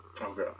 Okay